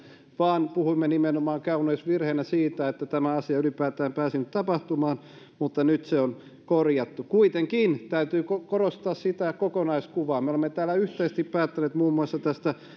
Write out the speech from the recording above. vaan puhuimme nimenomaan kauneusvirheenä siitä että tämä asia ylipäätään pääsi tapahtumaan mutta nyt se on korjattu kuitenkin täytyy korostaa kokonaiskuvaa me olemme täällä yhteisesti päättäneet muun muassa